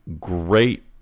Great